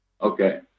Okay